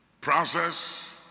process